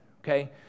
okay